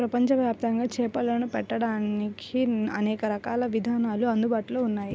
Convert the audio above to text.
ప్రపంచవ్యాప్తంగా చేపలను పట్టడానికి అనేక రకాలైన విధానాలు అందుబాటులో ఉన్నాయి